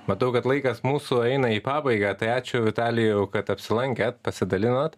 matau kad laikas mūsų eina į pabaigą tai ačiū vitalijau kad apsilankėt pasidalinot